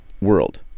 world